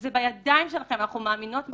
זה בידיים שלכם, אנחנו מאמינות בכם.